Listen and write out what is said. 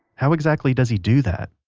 how exactly does he do that?